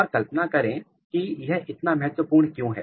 और कल्पना करें कि यह इतना महत्वपूर्ण क्यों है